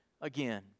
again